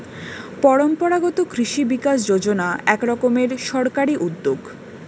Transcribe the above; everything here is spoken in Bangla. পরম্পরাগত কৃষি বিকাশ যোজনা এক রকমের সরকারি উদ্যোগ